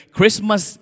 Christmas